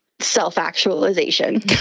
self-actualization